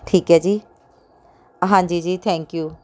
ਠੀਕ ਹੈ ਜੀ ਹਾਂਜੀ ਜੀ ਥੈਂਕ ਯੂ